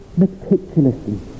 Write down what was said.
meticulously